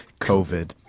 COVID